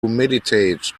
meditate